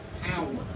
power